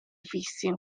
fissi